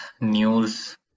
news